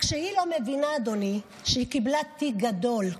רק שהיא לא מבינה, אדוני, שהיא קיבלה תיק גדול,